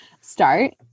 start